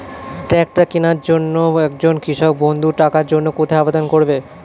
Tractor কিনার জন্য একজন কৃষক বন্ধু টাকার জন্য কোথায় আবেদন করবে?